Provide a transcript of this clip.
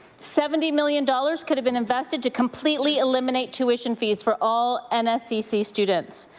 seventy million dollars could have been invested to completely eliminate tuition fees for all nsbc students.